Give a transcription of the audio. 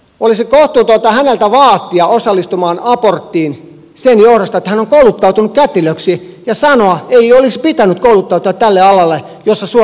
olisi kohtuutonta häntä vaatia osallistumaan aborttiin sen johdosta että hän on kouluttautunut kätilöksi ja sanoa että ei olisi pitänyt kouluttautua tälle alalle jolla suojellaan elämää